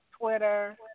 Twitter